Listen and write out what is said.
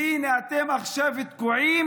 והינה, עכשיו אתם תקועים,